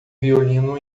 violino